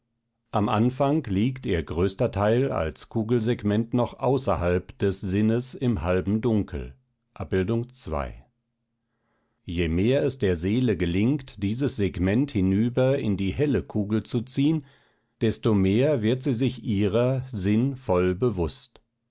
am anfang liegt ihr größter teil als kugelsegment noch außerhalb des sinnes im halben dunkel je mehr es der seele gelingt dieses segment hinüber in die helle kugel zu ziehen desto mehr wird sie sich ihrer sinn voll bewußt